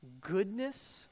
goodness